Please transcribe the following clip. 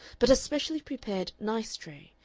but a specially prepared nice tray,